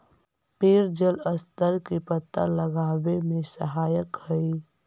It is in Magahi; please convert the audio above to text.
पेड़ जलस्तर के पता लगावे में सहायक हई